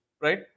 right